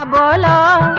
um la la